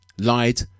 lied